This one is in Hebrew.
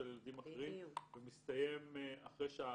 של ילדים אחרים והוא מסתיים אחרי השעה